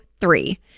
three